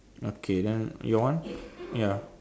okay then your one ya